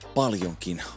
paljonkin